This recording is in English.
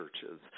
churches